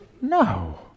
No